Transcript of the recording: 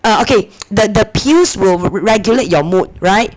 uh okay the the pills will re~ regulate your mood [right]